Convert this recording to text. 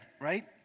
right